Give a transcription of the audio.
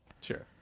Sure